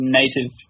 native